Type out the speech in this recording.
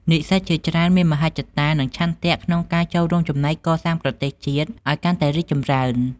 និស្សិតជាច្រើនមានមហិច្ឆតា និងឆន្ទៈក្នុងការចូលរួមចំណែកកសាងប្រទេសជាតិឲ្យកាន់តែរីកចម្រើន។